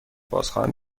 بازخواهم